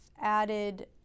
added